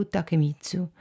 Takemitsu